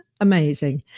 amazing